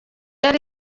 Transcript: yari